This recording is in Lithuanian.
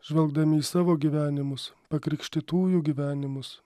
žvelgdami į savo gyvenimus pakrikštytųjų gyvenimus